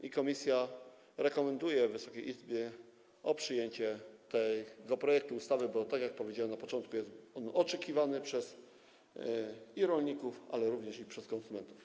I komisja rekomenduje Wysokiej Izbie przyjęcie tego projektu ustawy, bo, tak jak powiedziałem na początku, jest on oczekiwany i przez rolników, ale i przez konsumentów.